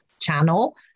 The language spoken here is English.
channel